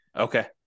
Okay